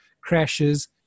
crashes